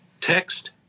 text